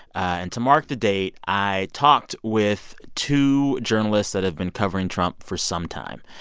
and to mark the date, i talked with two journalists that have been covering trump for some time.